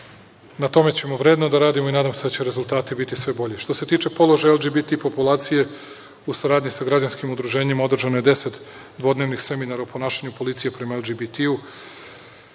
Na tome ćemo vredno da radimo i nadam se daće rezultati biti sve bolji. Što se tiče položaja LGBT populacije u saradnji sa građanskim udruženjima održano je deset dvodnevnih seminara o ponašanju policije prema LGBT.